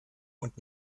und